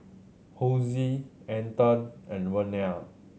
Hosie Anton and Vernell